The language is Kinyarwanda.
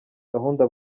gahunda